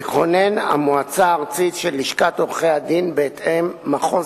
תכונן המועצה הארצית של לשכת עורכי-הדין בהתאם מחוז